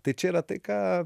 tai čia yra tai ką